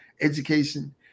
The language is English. education